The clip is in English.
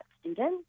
student